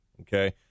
Okay